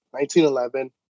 1911